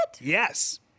Yes